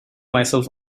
myself